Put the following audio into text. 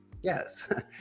Yes